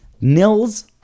Nils